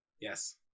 Yes